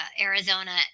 Arizona